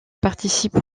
participe